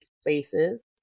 spaces